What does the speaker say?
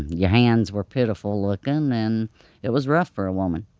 your hands were pitiful lookin and it was rough for a woman.